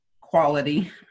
quality